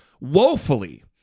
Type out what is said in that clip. woefully